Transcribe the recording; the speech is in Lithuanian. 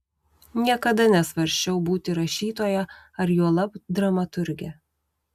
niekada nesvarsčiau būti rašytoja ar juolab dramaturge